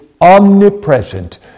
omnipresent